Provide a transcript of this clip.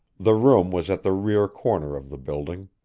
the room was at the rear corner of the building.